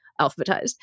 alphabetized